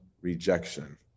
rejection